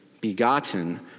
begotten